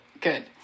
good